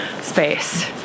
space